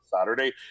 saturday